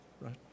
Right